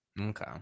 Okay